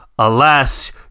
Alas